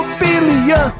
Ophelia